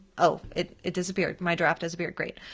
oh, it it disappeared, my draft disappeared, great.